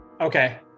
Okay